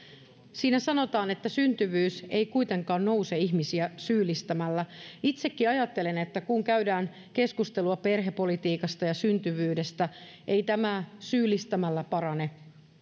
siinä sanotaan että syntyvyys ei kuitenkaan nouse ihmisiä syyllistämällä itsekin ajattelen että kun käydään keskustelua perhepolitiikasta ja syntyvyydestä ei tämä syyllistämällä parane